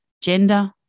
gender